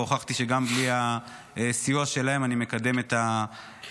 והוכחתי שגם בלי הסיוע שלהם אני מקדם את החוקים,